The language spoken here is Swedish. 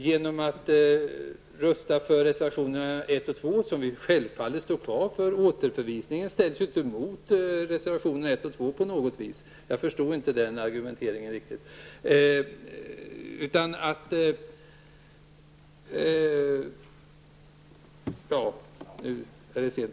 Vi står självfallet för reservationerna 1 och 2 -- återförvisningen ställs ju inte på något sätt mot reservationerna 1 och 2; jag förstod inte den argumenteringen riktigt.